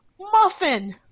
muffin